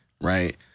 right